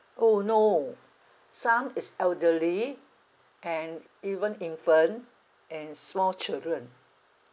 orh no some is elderly and even infant and small children